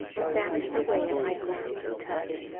and vanished away at my glance and touch,